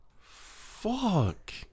Fuck